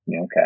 Okay